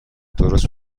درست